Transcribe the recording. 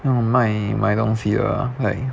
那种卖买东西的 like